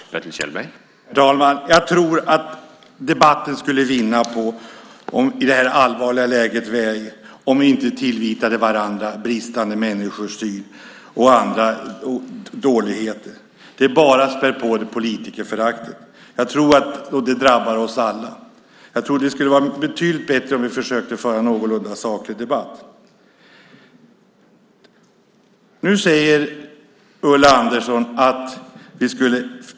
Herr talman! Jag tror att debatten skulle vinna på att vi i det här allvarliga läget inte tillvitade varandra bristande människosyn och andra dåligheter. Det späder bara på politikerföraktet, vilket drabbar oss alla. Det skulle vara betydligt bättre om vi försökte föra en någorlunda saklig debatt. Ulla Andersson talade om finansieringen av skattesänkningarna.